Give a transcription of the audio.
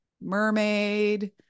mermaid